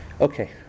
Okay